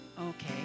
Okay